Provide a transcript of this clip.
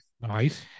Nice